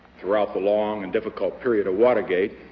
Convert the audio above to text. throughout the long and difficult period of watergate,